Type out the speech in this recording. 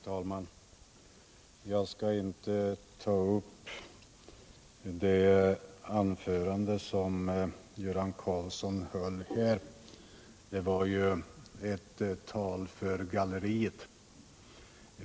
Herr talman! Jag skall inte här ta upp vad Göran Karlsson sade i sitt anförande nyss. Det var ju ett tal för galleriet.